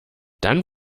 dann